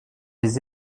les